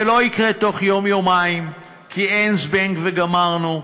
זה לא יקרה בתוך יום-יומיים כי אין "זבנג וגמרנו"